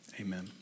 Amen